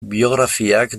biografiak